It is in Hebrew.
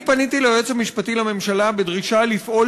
אני פניתי ליועץ המשפטי לממשלה בדרישה לפעול